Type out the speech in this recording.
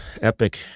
epic